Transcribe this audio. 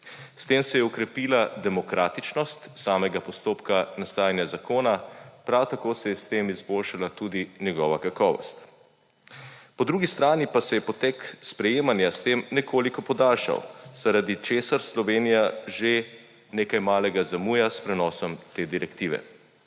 S tem se je okrepila demokratičnost samega postopka nastajanja zakona, prav tako se je s tem izboljšala tudi njegova kakovost. Po drugi strani pa se je potek sprejemanja s tem nekoliko podaljšal, zaradi česar Slovenija že nekaj malega zamuja s prenosom te direktive.